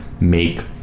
make